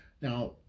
Now